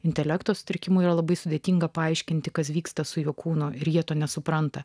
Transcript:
intelekto sutrikimų yra labai sudėtinga paaiškinti kas vyksta su jo kūno ir jie to nesupranta